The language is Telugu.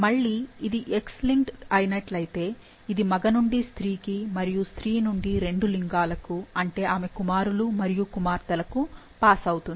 మళ్ళీ ఇది X లింక్డ్ అయినట్లయితే ఇది మగ నుండి స్త్రీకి మరియు స్త్రీ నుండి రెండు లింగాలకు అంటే ఆమె కుమారులు మరియు కుమార్తెలకు పాస్ అవుతుంది